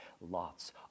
lots